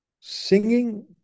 singing